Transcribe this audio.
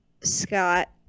Scott